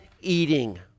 eating